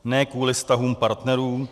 Ne kvůli vztahům partnerů.